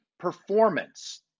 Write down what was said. performance